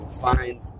find